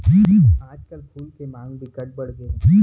आजकल फूल के मांग बिकट बड़ गे हे